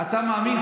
אתה מאמין?